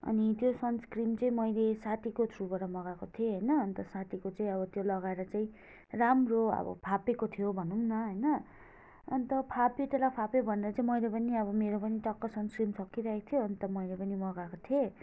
अनि त्यो सन्सक्रिम चाहिँ मैले साथीको थ्रुबाट मगाएको थिएँ होइन अन्त साथीको चाहिँ अब त्यो लगाएर चाहिँ राम्रो अब फापेको थियो भनौँ न होइन अन्त फाप्यो त्यसलाई फाप्यो भनेर चाहिँ मैले पनि अब मेरो पनि टक्क सन्सक्रिम सकिरहेको थियो अन्त मैले पनि मगाएको थिएँ